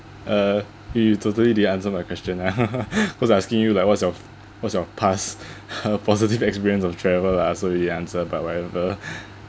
uh you totally didn't answer my question ah cause I was asking you like what's your what's your past positive experience of travel lah so you didn't answer but whatever